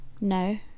No